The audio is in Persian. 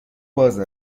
باز